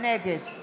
אתה